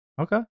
Okay